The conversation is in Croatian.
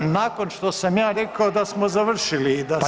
Nakon što sam ja rekao da smo završili i da smo…